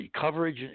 coverage